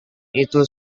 itu